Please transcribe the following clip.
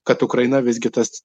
kad ukraina visgi tas